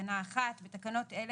1. בתקנות אלה